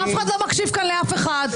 אף אחד לא מקשיב כאן לאף אחד.